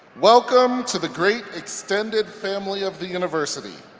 welcome to the great extended family of the university.